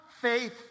faith